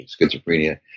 schizophrenia